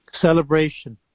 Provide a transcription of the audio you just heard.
Celebration